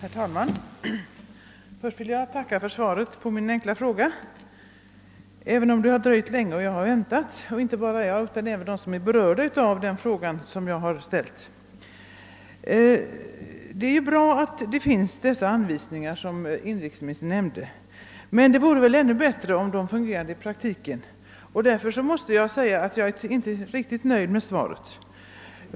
Herr talman! Först vill jag tacka för svaret på min enkla fråga, även om det dröjt och inte bara jag utan alla som är berörda av frågan har fått vänta länge. Det är bra att det finns sådana anvisningar som inrikeministern nämnde, men det vore ännu bättre om de fungerade i praktiken. Därför är jag inte riktigt nöjd med svaret.